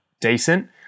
decent